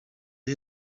ari